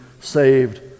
saved